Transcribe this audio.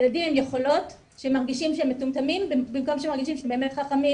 ילדים עם יכולות שמרגישים שהם מטומטמים במקום שירגישו שהם חכמים,